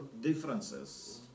differences